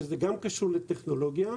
שזה גם קשור לטכנולוגיה.